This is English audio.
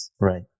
Right